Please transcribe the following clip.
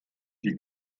die